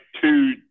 two